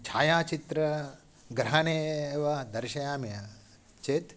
छायाचित्रग्रहणे एव दर्शयामि चेत्